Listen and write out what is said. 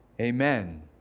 Amen